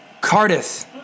Cardiff